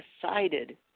decided